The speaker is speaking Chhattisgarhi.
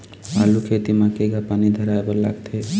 आलू खेती म केघा पानी धराए बर लागथे?